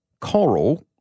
Coral